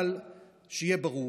אבל שיהיה ברור